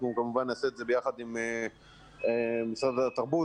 אנחנו כמובן נעשה את זה ביחד עם משרד התרבות